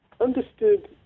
understood